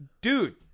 dude